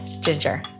ginger